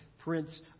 Prince